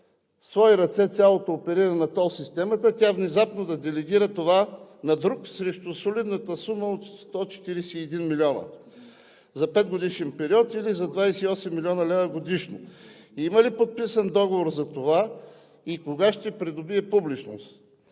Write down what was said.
свои ръце цялото опериране на тол системата, тя внезапно да делегира това на друг срещу солидната сума от 141 милиона за петгодишен период или за 28 млн. лв. годишно? Има ли подписан договор за това и кога ще придобие публичност?